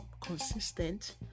consistent